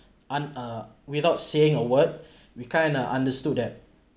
un uh without saying a word we kind uh understood that